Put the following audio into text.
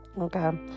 Okay